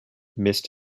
missed